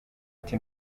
ati